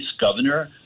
governor